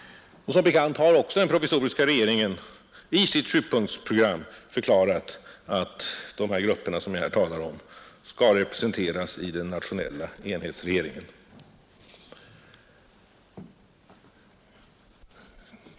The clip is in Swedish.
Som bekant har också den provisoriska regeringen i sitt sjupunktsprogram förklarat att dessa grupper skall representeras i den nationella enhetsregeringen.